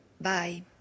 bye